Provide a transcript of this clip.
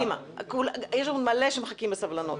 קדימה, יש הרבה שמחכים בסבלנות,